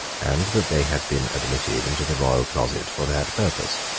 and that they had been admitted into the royal closet for that purpose.